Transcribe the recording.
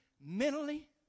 mentally